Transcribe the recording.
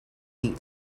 need